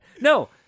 No